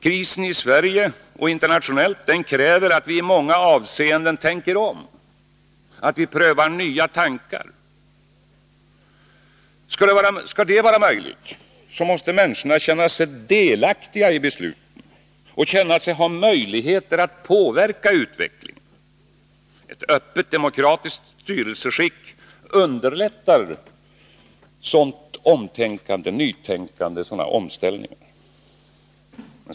Krisen i Sverige och internationellt kräver att vi i många avseenden tänker om och prövar nya tankar. Skall det vara möjligt måste människor känna sig delaktiga i besluten och känna sig ha möjligheter att påverka utvecklingen. Ett öppet demokratiskt styrelseskick underlättar sådant nytänkande, sådana omställningar.